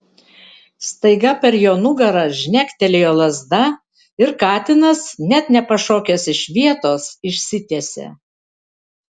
staiga per jo nugarą žnektelėjo lazda ir katinas net nepašokęs iš vietos išsitiesė